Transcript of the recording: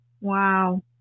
wow